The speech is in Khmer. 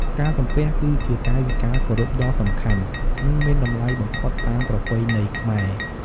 ការសំពះ គឺជាកាយវិការគោរពដ៏សំខាន់ និងមានតម្លៃបំផុតតាមប្រពៃណីខ្មែរ។